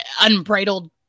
unbridled